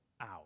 out